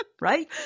right